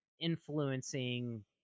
influencing